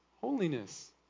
Holiness